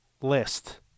list